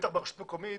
בטח ברשות המקומית,